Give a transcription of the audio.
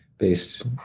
based